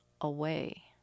away